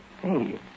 Hey